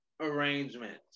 arrangements